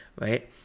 right